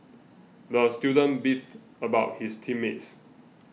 the student beefed about his team mates